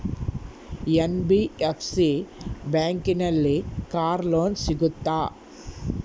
NBFC ಬ್ಯಾಂಕಿನಲ್ಲಿ car loan ಸಿಗುತ್ತಾ?